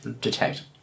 detect